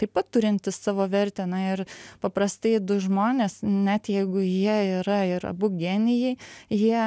taip pat turintis savo vertę na ir paprastai du žmonės net jeigu jie yra ir abu genijai jie